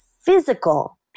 physical